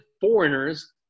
foreigners